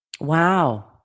Wow